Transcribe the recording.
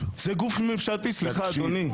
זה גוף ממשלתי סליחה אדוני.